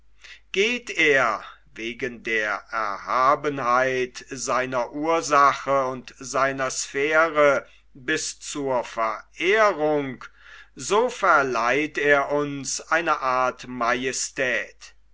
geht er wegen der erhabenheit seiner ursache und seiner sphäre bis zur verehrung so verleiht er uns eine art majestät